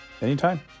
Anytime